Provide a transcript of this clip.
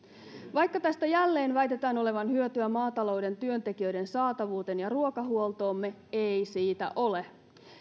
vaikka tästä jälleen väitetään olevan hyötyä maatalouden työntekijöiden saatavuuteen ja ruokahuoltoomme ei siitä ole